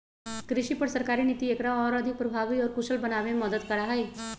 कृषि पर सरकारी नीति एकरा और अधिक प्रभावी और कुशल बनावे में मदद करा हई